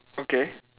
okay